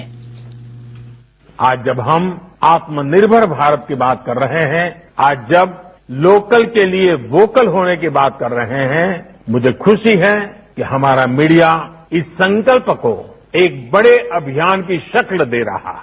bite PM आज हम जब आत्मनिर्भर भारत की बात कर रहे हैं आज जब लोकल के लिए वोकल होने की बात कर रहे हैं मुझे खूशी है कि हमारा मीडिया इस संकल्प को एक बड़े अभियान की शक्ल दे रहा है